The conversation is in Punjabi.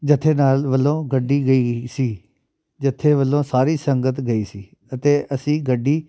ਜੱਥੇਦਾਰ ਵੱਲੋਂ ਗੱਡੀ ਗਈ ਸੀ ਜੱਥੇ ਵੱਲੋਂ ਸਾਰੀ ਸੰਗਤ ਗਈ ਸੀ ਅਤੇ ਅਸੀਂ ਗੱਡੀ